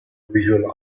visual